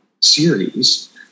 series